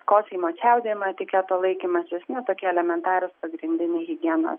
kosėjimo čiaudėjimo etiketo laikymasis na tokie elementarūs pagrindiniai higienos